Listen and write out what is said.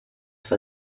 for